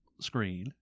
screen